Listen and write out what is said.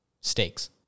stakes